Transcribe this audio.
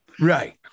Right